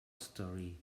story